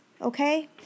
okay